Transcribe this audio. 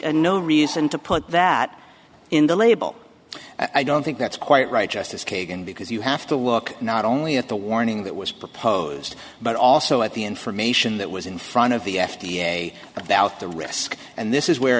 and no reason to put that in the label i don't think that's quite right justice kagan because you have to look not only at the warning that was proposed but also at the information that was in front of the f d a about the risk and this is where